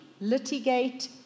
litigate